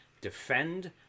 defend